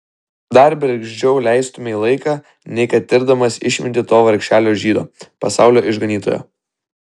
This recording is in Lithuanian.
dar bergždžiau leistumei laiką nei kad tirdamas išmintį to vargšelio žydo pasaulio išganytojo